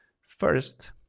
first